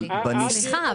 אבל --- סליחה,